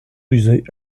musée